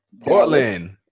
Portland